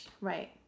Right